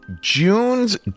June's